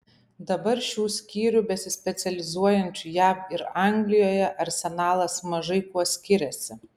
dabar šių skyrių besispecializuojančių jav ir anglijoje arsenalas mažai kuo skiriasi